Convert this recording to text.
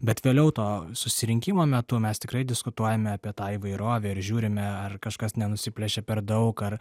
bet vėliau to susirinkimo metu mes tikrai diskutuojame apie tą įvairovę ir žiūrime ar kažkas nenusiplėšia per daug ar